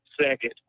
second